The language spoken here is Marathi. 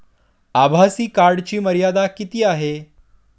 आभासी कार्डची मर्यादा किती आहे?